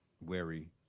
wary